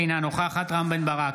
אינה נוכחת רם בן ברק,